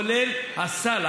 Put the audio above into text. כולל הסל,